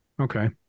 Okay